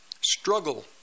struggle